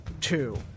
two